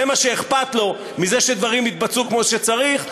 זה מה שאכפת לו מזה שדברים יתבצעו כמו שצריך?